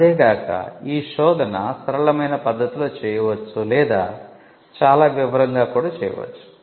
అంతే కాక ఈ శోధన సరళమైన పద్ధతిలో చేయవచ్చు లేదా చాలా వివరంగా కూడా చేయవచ్చు